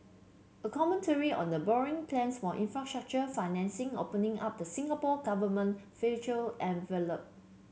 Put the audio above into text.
a commentary on the borrowing plans for infrastructure financing opening up the Singapore Government fiscal envelope